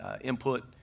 input